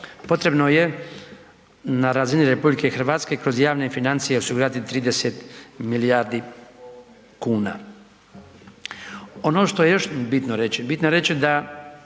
potrebno je na razini RH kroz javne financije osigurati 30 milijardi kuna. Ono što je još bitno reći, bitno je reći da